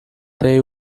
day